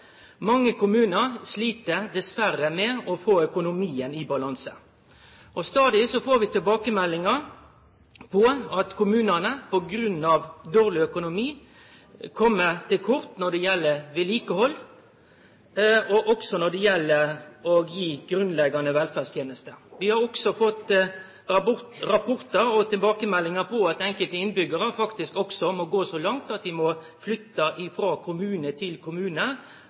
Mange kommunar slit dessverre med å få økonomien i balanse. Stadig får vi tilbakemeldingar om at kommunane på grunn av dårleg økonomi kjem til kort når det gjeld vedlikehald, og også når det gjeld å gi grunnleggjande velferdstenester. Vi har også fått rapportar og tilbakemeldingar om at enkelte innbyggjarar faktisk også må gå så langt at dei må flytte frå kommune til kommune